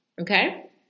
Okay